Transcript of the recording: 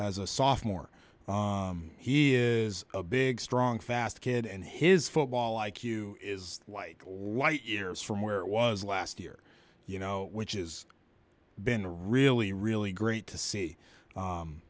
as a sophomore he is a big strong fast kid and his football i q is like white years from where it was last year you know which is been a really really great to see